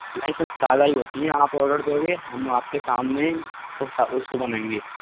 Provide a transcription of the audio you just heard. नही सर ताज़ा ही होती हैं आप ऑर्डर दोगे हम आपके सामने उसको बनाएंगे